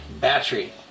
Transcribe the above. battery